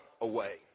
away